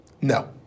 No